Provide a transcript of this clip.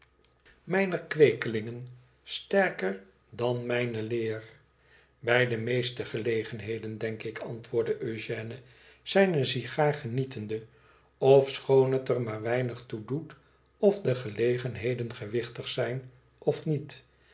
mijner kweekelingen sterker dan mijne leer tbij de meeste gelegenheden denk ik antwoordde eugène zijne sigaar genietende tofechoon het er weinig toe doet of de gelegenheden gewichtig zijn of niet